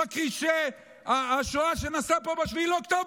זה לא אומר שכל השנה מותר לו הכול.